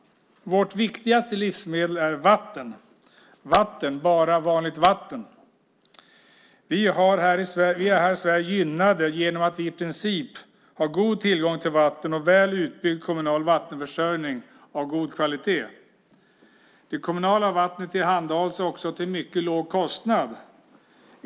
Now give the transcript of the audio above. Vårt viktigaste livsmedel är vatten - vatten, bara vanligt vatten. Vi är här i Sverige gynnade genom att vi i princip har en god tillgång till vatten och en väl utbyggd kommunal vattenförsörjning av god kvalitet. Det kommunala vattnet tillhandahålls också till en mycket låg kostnad.